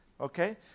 okay